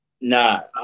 No